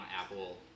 Apple